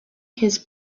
his